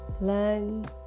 learn